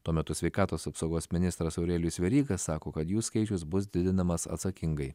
tuo metu sveikatos apsaugos ministras aurelijus veryga sako kad jų skaičius bus didinamas atsakingai